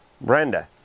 Brenda